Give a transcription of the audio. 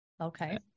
Okay